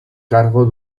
cargo